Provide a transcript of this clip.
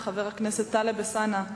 חבר הכנסת טלב אלסאנע,